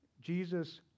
Jesus